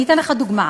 אני אתן לך דוגמה.